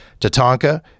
Tatanka